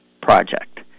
project